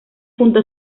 junto